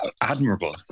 admirable